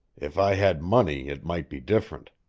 if i had money, it might be different.